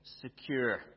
secure